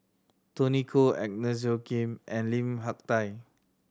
Tony Khoo Agnes Joaquim and Lim Hak Tai